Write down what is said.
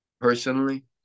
personally